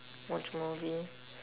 watch movie